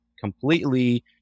completely